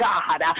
God